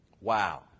Wow